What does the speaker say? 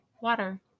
water